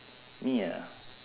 me ah